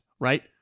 right